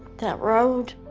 that road,